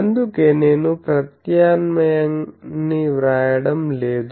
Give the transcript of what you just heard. అందుకే నేను ప్రత్యామ్నాయాన్ని వ్రాయడం లేదు